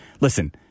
Listen